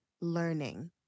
learning